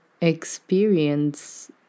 experience